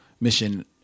Mission